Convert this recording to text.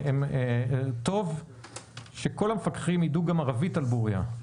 טוב שכל הפקחים ידעו גם ערבית על בוריה.